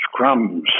scrums